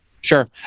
Sure